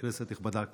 כנסת נכבדה,